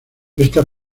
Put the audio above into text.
esta